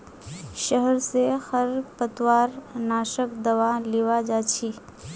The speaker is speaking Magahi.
शहर स खरपतवार नाशक दावा लीबा जा छि